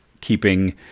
keeping